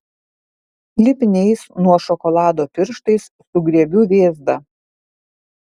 lipniais nuo šokolado pirštais sugriebiu vėzdą